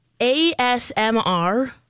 ASMR